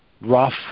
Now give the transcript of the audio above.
rough